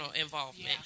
involvement